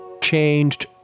changed